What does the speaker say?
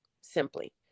simply